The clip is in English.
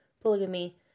polygamy